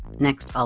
next, ah